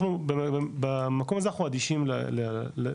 אנחנו במקום הזה, אנחנו אדישים לביקוש,